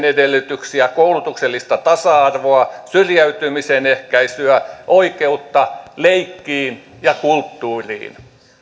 edellytyksiä koulutuksellista tasa arvoa syrjäytymisen ehkäisyä oikeutta leikkiin ja kulttuuriin